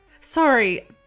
Sorry